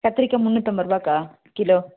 கத்திரிக்காய் முன்னூற்றம்பது ரூபாய்க்கா கிலோ